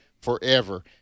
forever